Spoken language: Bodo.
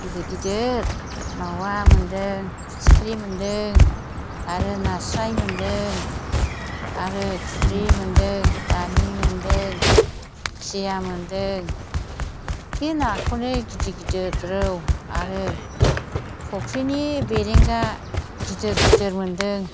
गिदिर गिदिर मावा मोन्दों फिथिख्रि मोन्दों आरो नास्राय मोन्दों आरो थुरि मोनदों बामि मोन्दों खुसिया मोन्दों एखे नाखौनो गिदिर गिदिर रौ आरो फुख्रिनि बेरेंगा गिदिर गिदिर मोन्दों